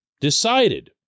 decided